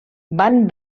van